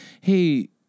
hey